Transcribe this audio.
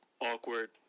Awkward